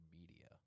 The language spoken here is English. media